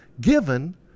given